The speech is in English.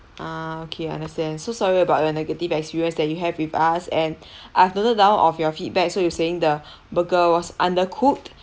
ah okay understand so sorry about your negative experience that you have with us and I've noted down of your feedback so you saying the burger was undercooked